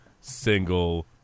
single